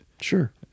Sure